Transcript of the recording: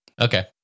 Okay